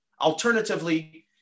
Alternatively